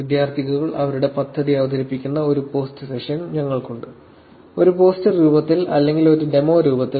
വിദ്യാർത്ഥികൾ അവരുടെ പദ്ധതി അവതരിപ്പിക്കുന്ന ഒരു പോസ്റ്റ് സെഷൻ ഞങ്ങൾക്കുണ്ട് ഒരു പോസ്റ്റർ രൂപത്തിൽ അല്ലെങ്കിൽ ഒരു ഡെമോ രൂപത്തിൽ